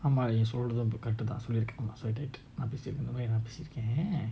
ஆமாநீசொல்லறதெல்லாம்:aama sollarathellam correct தான்ஆமாநான்பண்ணிருக்கேன்பண்ணிருக்கேன்:than aama naan pannirukken pannirukken